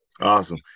Awesome